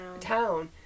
town